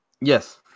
Yes